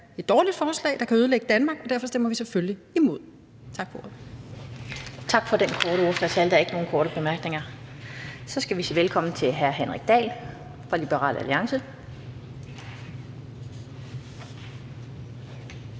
et dårligt forslag, der kan ødelægge Danmark, og derfor stemmer vi selvfølgelig imod. Tak for ordet. Kl. 15:19 Den fg. formand (Annette Lind): Tak for den korte ordførertale. Der er ikke nogen korte bemærkninger. Så skal vi sige velkommen til hr. Henrik Dahl fra Liberal Alliance.